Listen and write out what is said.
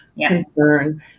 concern